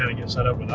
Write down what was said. and get set up without